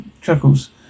chuckles